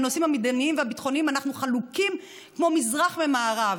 בנושאים המדיניים והביטחוניים אנחנו חלוקים כמו מזרח ומערב.